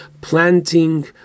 planting